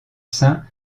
sein